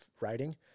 writing